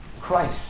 Christ